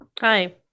Hi